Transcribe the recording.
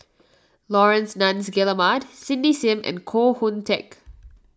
Laurence Nunns Guillemard Cindy Sim and Koh Hoon Teck